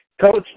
coach